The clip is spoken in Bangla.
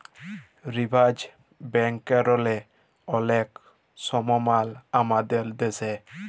রিজাভ ব্যাংকেরলে অলেক সমমাল আমাদের দ্যাশে